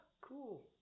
cool